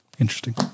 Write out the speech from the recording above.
Interesting